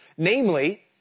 Namely